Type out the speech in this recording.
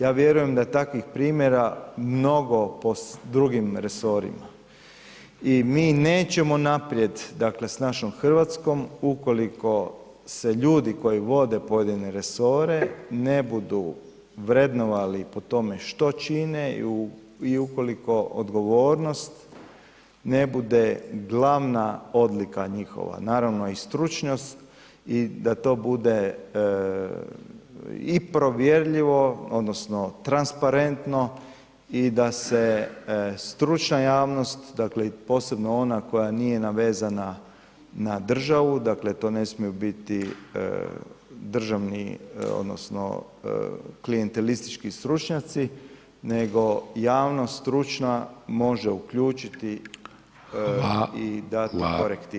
Ja vjerujem da takvih primjera mnogo po drugim resorima i mi nećemo naprijed s našom Hrvatskom ukoliko se ljudi koji vode pojedine resore ne budu vrednovali po tome što čine i ukoliko odgovornost ne bude glavna odlika njihova, naravno i stručnost i da to bude i provjerljivo odnosno transparentno i da se stručna javnost, posebno ona koja nije navezana na državu, to ne smiju biti državni odnosno klijentelistički stručnjaci nego javnost stručna može uključiti i dati korektivu.